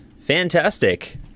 Fantastic